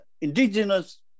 indigenous